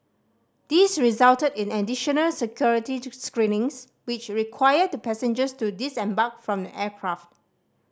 this resulted in additional security screenings which required the passengers to disembark from the aircraft